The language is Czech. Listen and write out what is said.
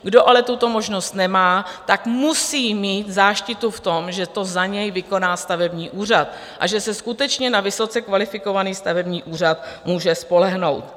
Kdo ale tuto možnost nemá, musí mít záštitu v tom, že to za něj vykoná stavební úřad a že se skutečně na vysoce kvalifikovaný stavební úřad může spolehnout.